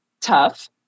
tough